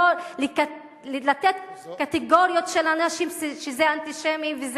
לתת קטגוריות של אנשים שהם אנטישמים,